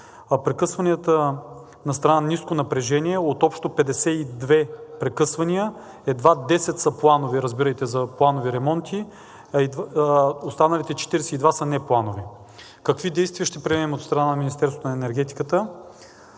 Прекъсванията на ниско напрежение – от общо 52 прекъсвания едва 10 са планови, разбирайте за планови ремонти, останалите 42 са непланови. Какви действия ще предприемем от страна на Министерството на енергетиката?